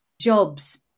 jobs